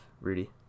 Rudy